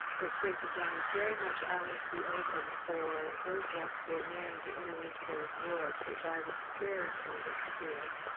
their experience of dying, very much out into the open for those of us who were willing to enter into those worlds, which i was very committed to doing.